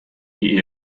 die